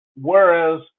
Whereas